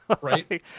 Right